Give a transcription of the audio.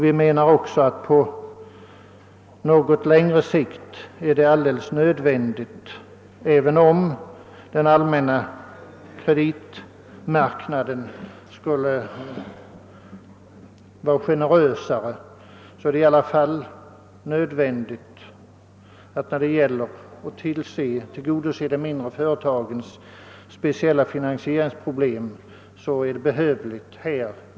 Vi menar också att det på något längre sikt är alldeles nödvändigt — även om den allmänna kreditmarknaden skulle vara generösare — att anvisa ett högre belopp för att tillgodose de mindre företagens speciella problem. Herr talman!